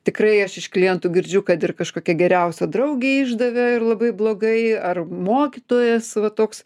tikrai aš iš klientų girdžiu kad ir kažkokia geriausia draugė išdavė ir labai blogai ar mokytojas vat toks